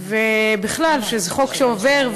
ובכלל שזה חוק שעובר,